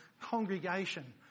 congregation